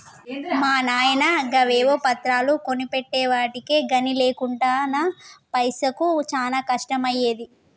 మా నాయిన గవేవో పత్రాలు కొనిపెట్టెవటికె గని లేకుంటెనా పైసకు చానా కష్టమయ్యేది